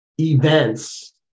events